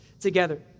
together